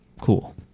cool